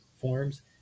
forms